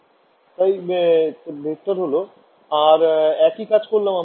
ছাত্র ছাত্রিঃ তাই ভেক্টর হল